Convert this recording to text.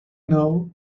know